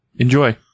Enjoy